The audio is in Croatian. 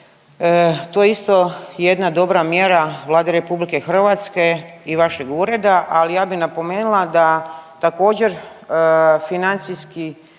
to je isto jedna dobra mjera Vlade RH i vašeg ureda, ali ja bih napomenula da također financijski